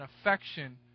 affection